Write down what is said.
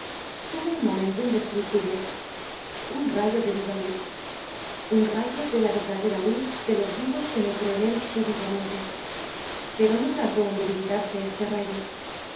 tuvo un momento indescriptible un rayo de viva luz un rayo de la verdadera luz de los vivos penetró en él súbitamente pero no tardó en debilitarse este rayo